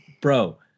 bro